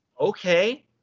Okay